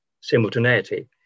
simultaneity